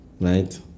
right